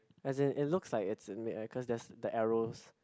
as in it looks like it's in the air cause there's the arrows